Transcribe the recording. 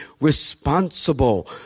responsible